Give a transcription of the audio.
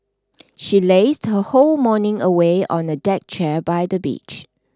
she lazed her whole morning away on a deck chair by the beach